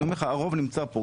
אני אומר לך שהרוב נמצא כאן.